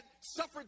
suffered